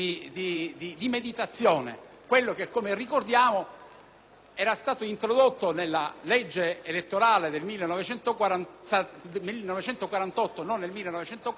era stato introdotto dalla legge elettorale del 1948 e che consentiva, attraverso la sospensione